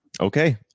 Okay